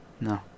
No